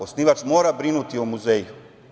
Osnivač mora brinuti o muzeju.